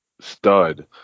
stud